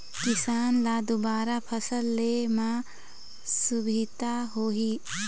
किसान ल दुबारा फसल ले म सुभिता होही